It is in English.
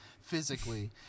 physically